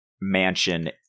mansion